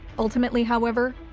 ultimately however,